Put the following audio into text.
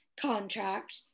contract